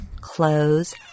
close